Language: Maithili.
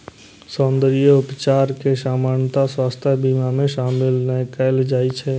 सौंद्रर्य उपचार कें सामान्यतः स्वास्थ्य बीमा मे शामिल नै कैल जाइ छै